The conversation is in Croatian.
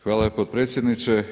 Hvala potpredsjedniče.